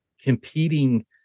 competing